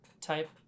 type